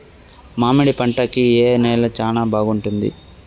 మామిడి పంట కి ఏ నేల చానా బాగుంటుంది